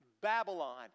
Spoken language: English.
Babylon